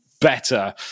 better